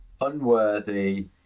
unworthy